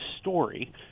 story